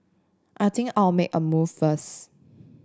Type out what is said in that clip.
I think I'll make a move first